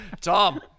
Tom